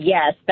Yes